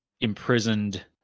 imprisoned